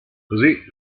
così